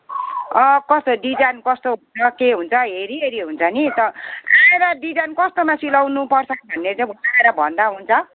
कस्तो डिजाइन कस्तो हुन्छ के हुन्छ हेरिहेरि हुन्छ नि आएर डिजाइन कस्तोमा सिलाउनु पर्छ भन्ने आएर भन्दा हुन्छ